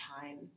time